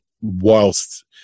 whilst